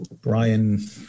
Brian